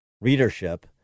readership